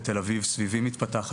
את תל אביב סביבי מתפתחת.